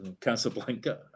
Casablanca